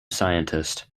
scientist